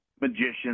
Magician